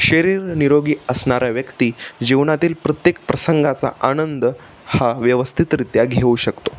शरीर निरोगी असणाऱ्या व्यक्ती जीवनातील प्रत्येक प्रसंगाचा आनंद हा व्यवस्थितरित्या घेऊ शकतो